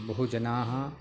बहवः जनाः